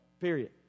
Period